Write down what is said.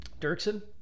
Dirksen